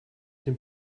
den